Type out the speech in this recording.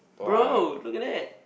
bro look at that